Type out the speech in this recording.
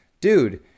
dude